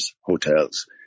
hotels